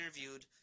interviewed